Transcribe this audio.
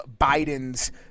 Biden's